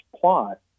plot